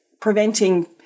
preventing